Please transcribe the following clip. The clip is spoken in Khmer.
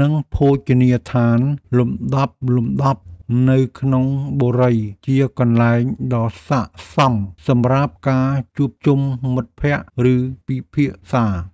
និងភោជនីយដ្ឋានលំដាប់ៗនៅក្នុងបុរីជាកន្លែងដ៏ស័ក្តិសមសម្រាប់ការជួបជុំមិត្តភក្តិឬពិភាក្សា។